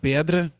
Pedra